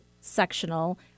sectional